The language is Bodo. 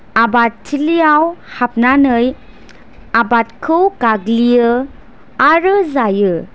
आबाद थिलियाव हाबनानै आबादखौ गाग्लियो आरो जायो